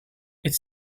its